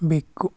ಬೆಕ್ಕು